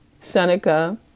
Seneca